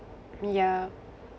yeah